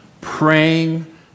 praying